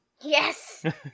Yes